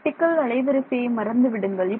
optical அலைவரிசையை மறந்துவிடுங்கள்